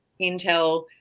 intel